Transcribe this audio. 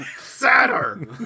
sadder